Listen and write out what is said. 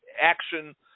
action